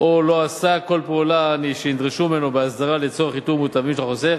או לא עשה כל הפעולות שנדרשו ממנו בהסדרה לצורך איתור מוטבים של חוסך